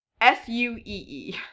S-U-E-E